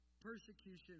persecution